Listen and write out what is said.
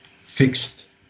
fixed